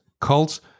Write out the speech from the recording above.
Cults